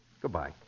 Goodbye